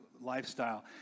lifestyle